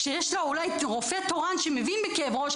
שיש לו אולי רופא תורן שמבין בכאב ראש,